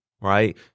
right